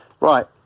Right